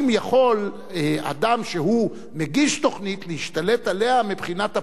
האם יכול אדם שמגיש תוכנית להשתלט עליה מבחינת הפלורליזם,